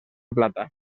plata